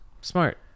smart